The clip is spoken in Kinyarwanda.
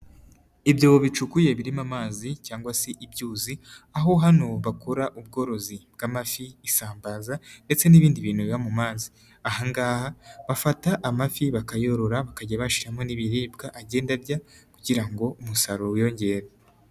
Ibyobo bicukuye birimo amazi, cyangwa se ibyuzi. Aho hano bakora ubworozi bw'amafi, isambaza, ndetse n'ibindi bintu biba mu mazi. Ahangaha bafata amafi bakayorora bakajya bashiramo n'ibiribwa agenda arya, kugira ngo umusaruro wiyongere.